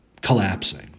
collapsing